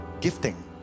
gifting